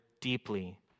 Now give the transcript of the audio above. deeply